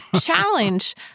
challenge